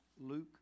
Luke